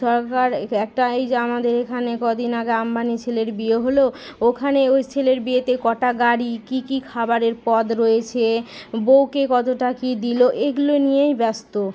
সরকার একটাই যে আমাদের এখানে কদিন আগে আম্বানি ছেলের বিয়ে হলো ওখানে ওই ছেলের বিয়েতে কটা গাড়ি কী কী খাবারের পদ রয়েছে বউকে কতটা কী দিলো এগুলো নিয়েই ব্যস্ত